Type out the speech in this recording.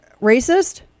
Racist